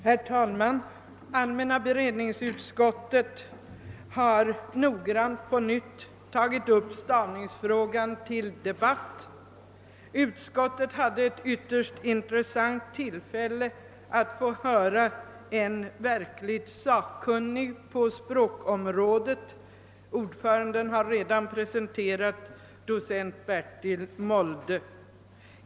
Herr talman! Allmänna beredningsutskottet har på nytt tagit upp stavningsfrågan till noggrann debatt. Vi hade därvid ett ytterst intressant tillfälle att få höra en verkligt sakkunnig på språkområdet; utskottets ordförande har redan presenterat docent Bertil Molde.